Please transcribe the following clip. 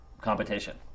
competition